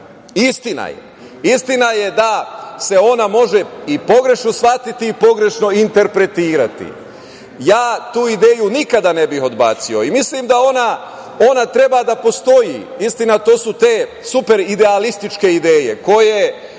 Istina je da se ona može i pogrešno shvatiti i pogrešno interpretirati. Ja tu ideju nikada ne bih odbacio i mislim da ona treba da postoji. Istina, to su te superidealističke ideje koje